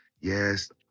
yes